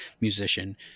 musician